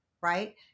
right